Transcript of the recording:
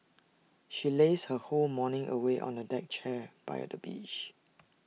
she lazed her whole morning away on A deck chair by the beach